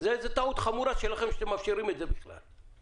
אני רוצה להתייחס לסעיף (6),